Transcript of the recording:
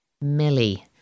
Millie